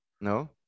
no